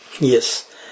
Yes